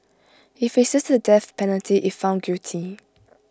he faces the death penalty if found guilty